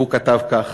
והוא כתב כך: